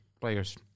players